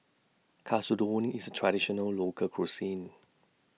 Katsudon IS A Traditional Local Cuisine